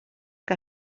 que